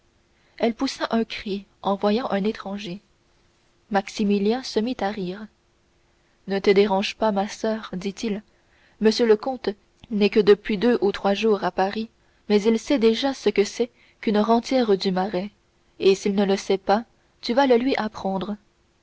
elle poussa un cri en voyant un étranger maximilien se mit à rire ne te dérange pas ma soeur dit-il monsieur le comte n'est que depuis deux ou trois jours à paris mais il sait déjà ce que c'est qu'une rentière du marais et s'il ne le sait pas tu vas le lui apprendre